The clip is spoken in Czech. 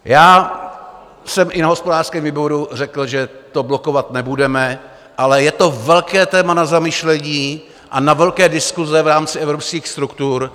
Já jsem i na hospodářském výboru řekl, že to blokovat nebudeme, ale je to velké téma na zamyšlení a na velké diskuse v rámci evropských struktur.